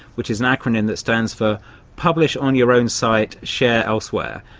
which is an acronym that stands for publish on your own site, share elsewhere'.